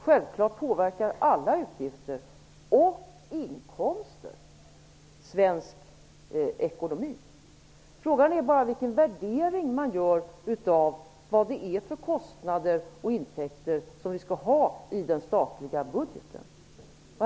Självklart påverkar alla utgifter och inkomster svensk ekonomi. Frågan är bara vilken värdering man gör av vilka kostnader och intäkter som vi skall ha i den statliga budgeten.